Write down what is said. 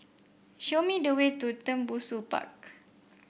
show me the way to Tembusu Park